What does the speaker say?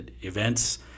events